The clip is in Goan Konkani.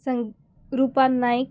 सं रुपा नायक